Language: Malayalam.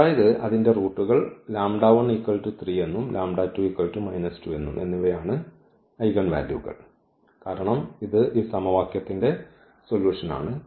അതായത് അതിന്റെ റൂട്ടുകൾ എന്നിവ യാണ് ഐഗൻ വാല്യൂകൾ കാരണം ഇത് ഈ സമവാക്യത്തിന്റെ സൊല്യൂഷൻണ്